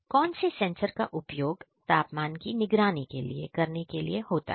कौन से सेंसर का उपयोग तापमान को की निगरानी करने के लिए होता है